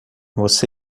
você